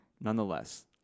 nonetheless